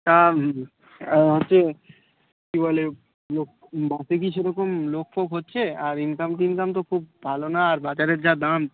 তা হচ্ছে কী বলে লোক বাসে কি সেরকম লোক ফোক হচ্চে আর ইনকাম টিনকাম তো খুব ভালো না আর বাজারের যা দাম